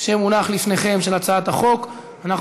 של הצעת החוק, שמונח לפניכם.